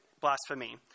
blasphemy